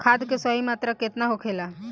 खाद्य के सही मात्रा केतना होखेला?